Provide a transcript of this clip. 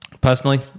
Personally